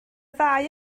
ddau